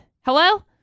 hello